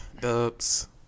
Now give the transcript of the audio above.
Dubs